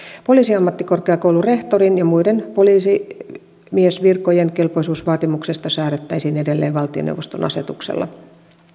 poliisiammattikorkeakoulun rehtorin ja muiden poliisimiesvirkojen kelpoisuusvaatimuksesta säädettäisiin edelleen valtioneuvoston asetuksella